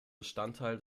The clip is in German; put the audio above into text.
bestandteil